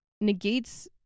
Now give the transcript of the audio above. negates